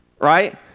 Right